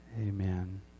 Amen